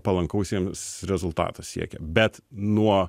palankaus jiems rezultato siekė bet nuo